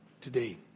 Today